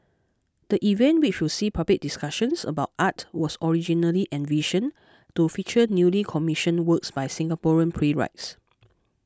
the event which will see public discussions about art was originally envisioned to feature newly commissioned works by Singaporean playwrights